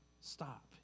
stop